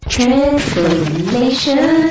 Transformation